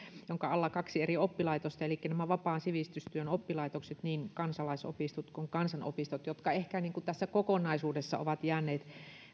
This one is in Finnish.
jonka alla on kaksi eri oppilaitosta elikkä nämä vapaan sivistystyön oppilaitokset niin kansalaisopistot kuin kansanopistot jotka ehkä tässä kokonaisuudessa ovat jääneet